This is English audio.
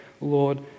Lord